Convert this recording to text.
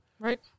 Right